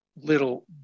little